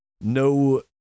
no